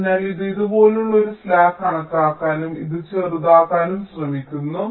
അതിനാൽ ഇത് ഇതുപോലുള്ള ഒരു സ്ലാക്ക് കണക്കാക്കാനും ഇത് ചെറുതാക്കാനും ശ്രമിക്കുന്നു